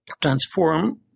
transform